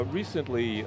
recently